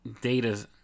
data